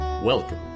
Welcome